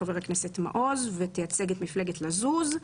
שתייצג את מפלגת "לזוז".